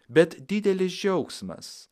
bet didelis džiaugsmas